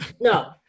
No